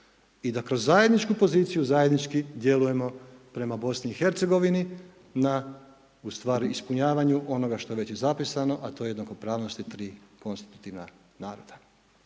i da kroz zajedničku poziciju, zajednički djelujemo prema BiH na ustvari ispunjavanju onoga što je već i zapisano, a to je jednakopravnosti 3 konstitutivna naroda.